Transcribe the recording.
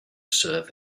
serve